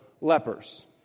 lepers